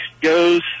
goes